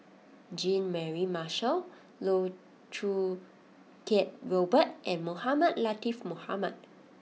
Jean Mary Marshall Loh Choo Kiat Robert and Mohamed Latiff Mohamed